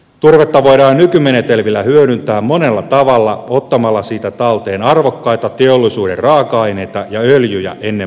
turvetta voidaan nykymenetelmillä hyödyntää monella tavalla ottamalla siitä talteen arvokkaita teollisuuden raaka aineita ja öljyjä ennen polttamista